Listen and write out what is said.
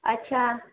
اچھا